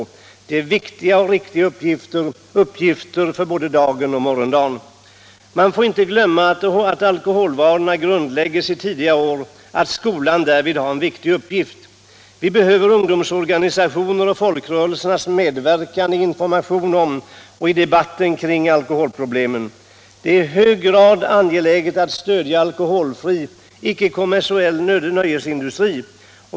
Det blir viktiga och riktiga uppgifter — uppgifter både för dagen och för morgondagen. Man får inte glömma att alkoholvanorna grundläggs i tidiga år och att skolan därvid har en viktig uppgift. Vi behöver ungdomsorganisationernas och folkrörelsernas medverkan i informationen om och i debatten kring alkoholproblemen. Det är i hög grad angeläget att stödja alkoholfri, icke kommersiell nöjesindustri.